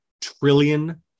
trillion